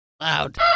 Loud